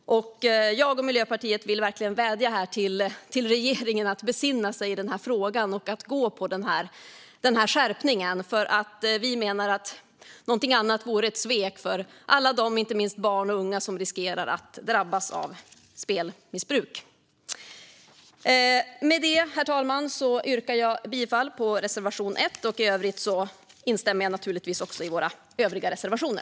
Jag och Miljöpartiet vill verkligen vädja till regeringen att besinna sig i denna fråga och att gå på den här skärpningen, för vi menar att något annat vore ett svek för alla dem, inte minst barn och unga, som riskerar att drabbas av spelmissbruk. Med det, herr talman, yrkar jag bifall till reservation 1. Jag instämmer naturligtvis också i våra övriga reservationer.